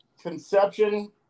conception